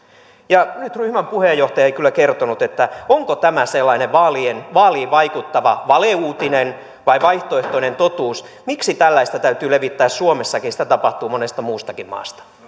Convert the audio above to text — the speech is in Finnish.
nyt ryhmän puheenjohtaja ei kyllä kertonut onko tämä sellainen vaaliin vaikuttava valeuutinen vai vaihtoehtoinen totuus miksi tällaista täytyy levittää suomessakin sitä tapahtuu monesta muustakin maasta